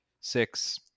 six